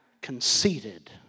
Conceited